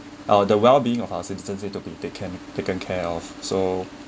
uh the wellbeing of our citizens need to be taken taken care of so